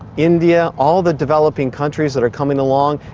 india, all the developing countries that are coming along,